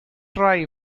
try